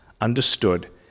understood